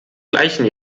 gleichen